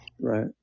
Right